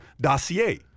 dossier